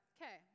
Okay